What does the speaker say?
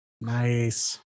nice